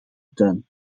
tuin